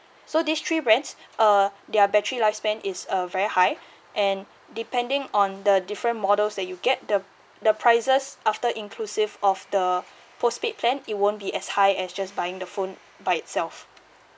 so these three brands uh their battery lifespan is uh very high and depending on the different models that you get the the prices after inclusive of the postpaid plan it won't be as high as just buying the phone by itself